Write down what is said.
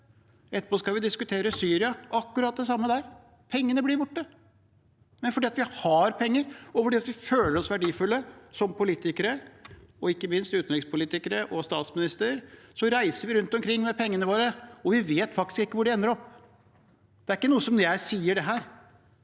Etterpå skal vi diskuterer Syria, det er akkurat det samme der, pengene blir borte. Men fordi vi har penger og føler oss verdifulle som politikere – ikke minst utenrikspolitikere og statsminister – så reiser vi rundt omkring med pengene våre, og vi vet faktisk ikke hvor de ender opp. Dette er ikke bare noe jeg sier, det er